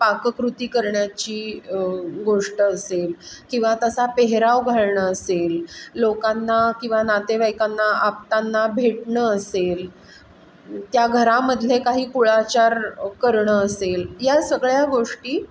पाककृती करण्याची गोष्ट असेल किंवा तसा पेहराव घालणं असेल लोकांना किंवा नातेवाईकांना आप्तांना भेटणं असेल त्या घरामधले काही कुळाचार करणं असेल या सगळ्या गोष्टी